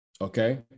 Okay